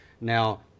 Now